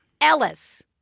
Ellis